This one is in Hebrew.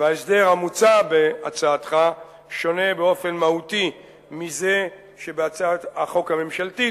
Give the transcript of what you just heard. ושההסדר המוצע בהצעתך שונה באופן מהותי מזה שבהצעת החוק הממשלתית,